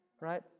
right